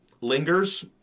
lingers